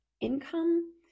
income